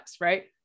right